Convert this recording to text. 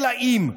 אלא אם כן.